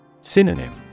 Synonym